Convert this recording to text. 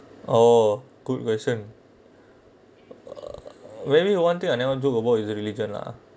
oh good version uh maybe got one thing I never do before is religion lah